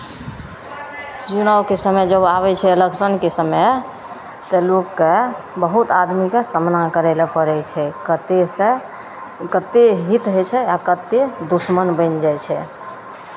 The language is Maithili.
चुनावके समय जब आबै छै इलेक्शनके समय तब लोककेँ बहुत आदमीकेँ सामना करय लेल पड़ै छै कतहुसँ कतेक हित होइ छै आ कतेक दुश्मन बनि जाइ छै